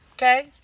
Okay